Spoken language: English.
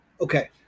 okay